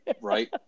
right